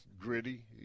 gritty